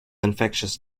infectious